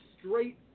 straight